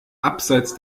abseits